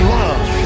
love